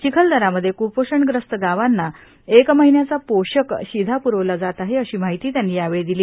चिखलदरामध्ये क्पोषणग्रस्त गावांना एक महिन्याचा पोषक शिधा प्रवला जात आहे अशी माहिती त्यांनी यावेळी दिली